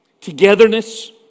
Togetherness